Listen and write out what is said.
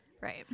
Right